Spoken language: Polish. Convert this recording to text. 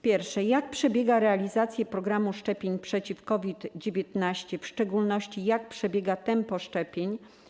Pierwsze: Jak przebiega realizacja programu szczepień przeciw COVID-19, w szczególności jakie jest tempo szczepień?